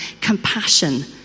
compassion